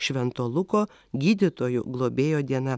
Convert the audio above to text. švento luko gydytojų globėjo diena